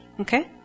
Okay